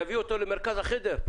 להביא אותו למרכז החדר,